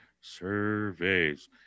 Surveys